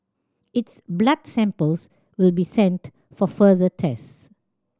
its blood samples will be sent for further tests